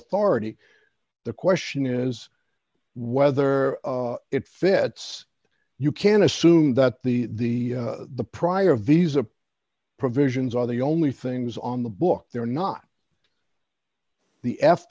authority the question is whether it fits you can assume that the the the prior visa provisions are the only things on the books there are not the f